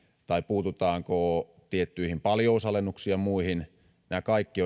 ja puututaanko tiettyihin paljousalennuksiin ja muihin nämä kaikki